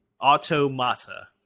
Automata